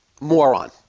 Moron